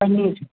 paneer